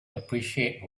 appreciate